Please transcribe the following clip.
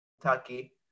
Kentucky